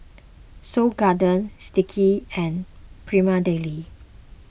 Seoul Garden Sticky and Prima Deli